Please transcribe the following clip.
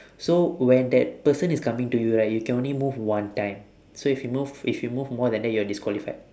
so when that person is coming to you right you can only move one time so if you move if you move more than that you are disqualified